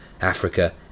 africa